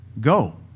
Go